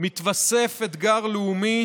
מתווסף אתגר לאומי